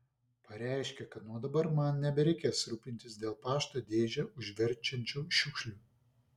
pareiškė kad nuo dabar man nebereikės rūpintis dėl pašto dėžę užverčiančių šiukšlių